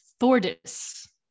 Thordis